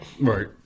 Right